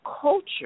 culture